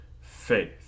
faith